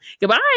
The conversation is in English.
Goodbye